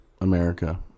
America